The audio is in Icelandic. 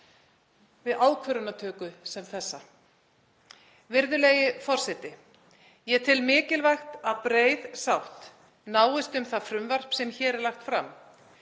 við ákvarðanatöku sem þessa. Virðulegi forseti. Ég tel mikilvægt að breið sátt náist um það frumvarp sem hér er lagt fram.